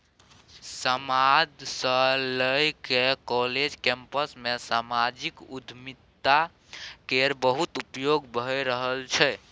समाद सँ लए कए काँलेज कैंपस मे समाजिक उद्यमिता केर बहुत उपयोग भए रहल छै